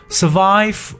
survive